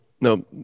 No